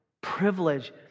privilege